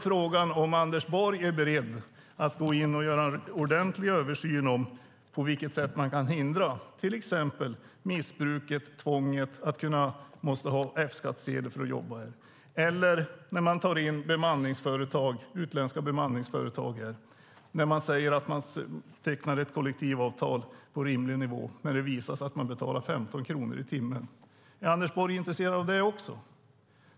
Frågan är om Anders Borg är beredd att gå in och göra en ordentlig översyn av på vilket sätt man kan hindra till exempel missbruket när det gäller tvånget att ha F-skattsedel för att jobba. Det handlar även om när man tar in utländska bemanningsföretag och säger att man tecknar kollektivavtal på rimlig nivå men, visar det sig, betalar 15 kronor i timmen. Är Anders Borg intresserad av det också?